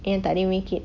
yang tak boleh make it